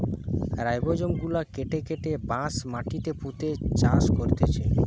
rhizome গুলা কেটে কেটে বাঁশ মাটিতে পুঁতে চাষ করতিছে